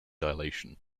dilation